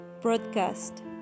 broadcast